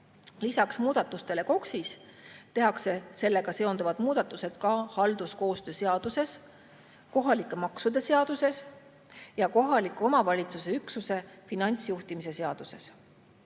Lisaks muudatustele KOKS-is tehakse sellega seonduvad muudatused ka halduskoostöö seaduses, kohalike maksude seaduses ja kohaliku omavalitsuse üksuse finantsjuhtimise seaduses.